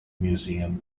museum